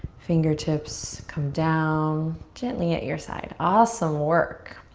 fingertips come down gently at your side. awesome work.